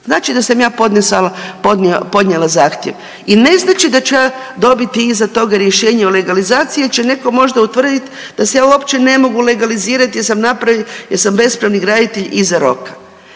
Znači da sam ja podnijela zahtjev i ne znači da ću ja dobiti iza toga rješenje o legalizaciji jer će neko možda utvrdit da se ja uopće ne mogu legalizirat jer sam bespravni graditelj iza roka.